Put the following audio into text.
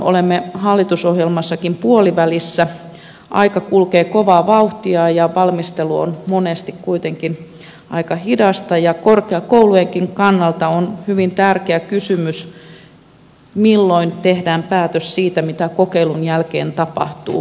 olemme hallitusohjelmassakin puolivälissä aika kulkee kovaa vauhtia ja valmistelu on monesti kuitenkin aika hidasta ja korkeakoulujenkin kannalta on hyvin tärkeä kysymys milloin tehdään päätös siitä mitä kokeilun jälkeen tapahtuu